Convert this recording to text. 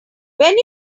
when